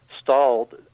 stalled